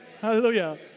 Hallelujah